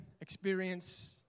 experience